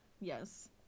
Yes